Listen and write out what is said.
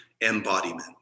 embodiment